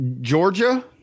Georgia